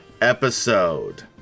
episode